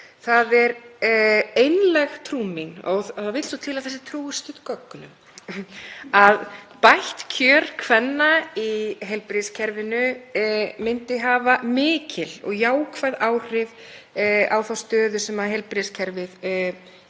Það er einlæg trú mín, og það vill svo til að þessi trú er studd gögnum, að bætt kjör kvenna í heilbrigðiskerfinu myndu hafa mikil og jákvæð áhrif á þá stöðu sem heilbrigðiskerfið